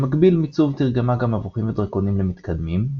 במקביל מיצוב תרגמה גם מבוכים ודרקונים למתקדמים,